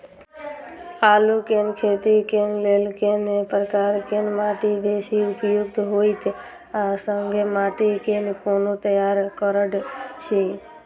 आलु केँ खेती केँ लेल केँ प्रकार केँ माटि बेसी उपयुक्त होइत आ संगे माटि केँ कोना तैयार करऽ छी?